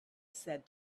said